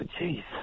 Jeez